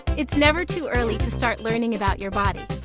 it's never too early to start learning about your body,